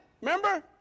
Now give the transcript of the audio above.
Remember